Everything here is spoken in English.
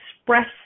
express